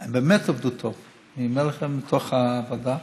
הם באמת עבדו טוב, אני אומר לכם מתוך הוועדה.